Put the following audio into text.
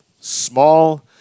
Small